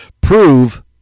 prove